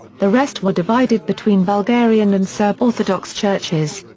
the rest were divided between bulgarian and serb orthodox churches.